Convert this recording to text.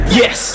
yes